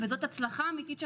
התשובה היא תשובה מקצועית.